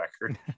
record